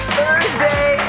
Thursday